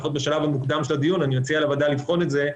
לפחות בשלב המוקדם של הדיון אני מציע לבחון את זה.